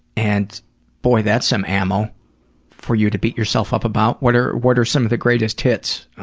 and boy that's some ammo for you to beat yourself up about. what are what are some of the greatest hits